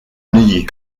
neuilly